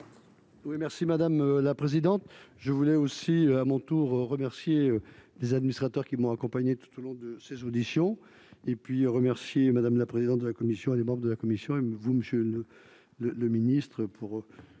merci madame la présidente, je voulais aussi à mon tour remercier des administrateurs qui m'ont accompagné tout au long de ces auditions et puis remercier, madame la présidente de la commission et des membres de la commission, M. vous me, je ne le le ministre pour